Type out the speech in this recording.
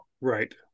Right